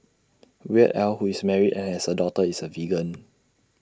Weird al who is married and has A daughter is A vegan